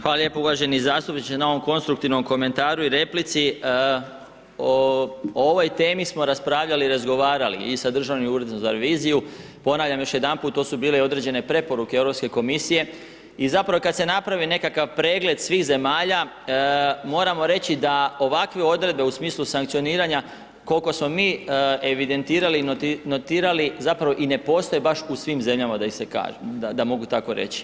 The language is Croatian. Hvala lijepo uvaženi zastupniče na ovom konstruktivnom komentaru i replici, o ovoj temi smo raspravljali i razgovarali i sa Državnim uredom za reviziju, ponavljam još jedanput to su bile i određene preporuke Europske komisije i zapravo kad se napravi nekakav pregled svih zemalja moramo reći da ovakve odredbe u smislu sankcioniranja koliko smo mi evidentirali i notirali zapravo i ne postoje baš u svim zemljama da mogu tako reći.